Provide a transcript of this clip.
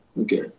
okay